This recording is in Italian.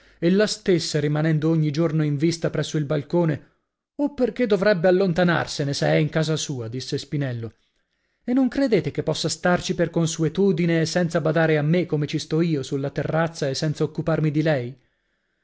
spalle ella stessa rimanendo ogni giorno in vista presso al balcone o perchè dovrebbe allontanarsene se è in casa sua disse spinello e non credete che possa starci per consuetudine e senza badare a me come ci sto io sulla terrazza e senza occuparmi di lei